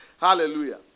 Hallelujah